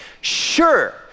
sure